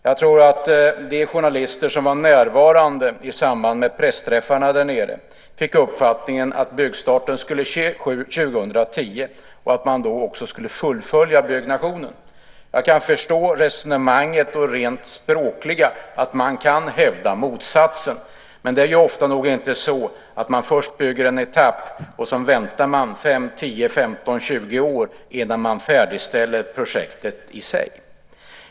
Jag tror att de journalister som var närvarande i samband med pressträffarna fick uppfattningen att byggstarten skulle ske 2010 och att man då också skulle fullfölja byggnationen. Jag kan förstå resonemanget rent språkligt, att man kan hävda motsatsen. Men ofta är det nog inte så att man först bygger en etapp och sedan väntar 5, 10, 15 eller 20 år innan man färdigställer projektet.